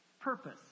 purpose